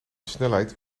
snelheid